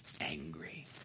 angry